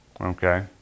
okay